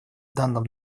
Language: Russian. данном